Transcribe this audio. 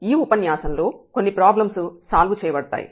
తర్వాత ఈ ఉపన్యాసంలో కొన్ని ప్రాబ్లమ్స్ సాల్వ్ చేయబడతాయి